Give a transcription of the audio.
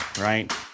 right